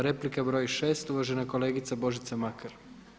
Replika br. 6. uvažena kolegica Božica Makar.